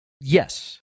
Yes